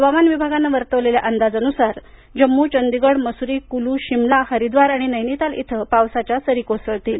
हवामान विभागानं वर्तवलेल्या अंदाजानुसार जम्मू चंडीगड मसुरी कुलू शिमला हरिद्वार आणि नैनिताल इथं पावसाच्या सरी कोसळतील